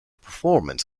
performance